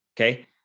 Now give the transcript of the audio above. Okay